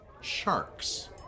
sharks